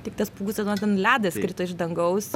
tik tas pūgų sezonas ten ledas krito iš dangaus